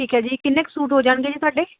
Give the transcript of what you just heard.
ਠੀਕ ਹੈ ਜੀ ਕਿੰਨੇ ਕ ਸੂਟ ਹੋ ਜਾਣਗੇ ਜੀ ਤੁਹਾਡੇ